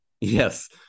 Yes